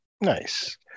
Nice